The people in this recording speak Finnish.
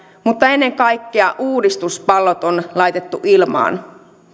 mutta ennen kaikkea uudistuspallot on laitettu ilmaan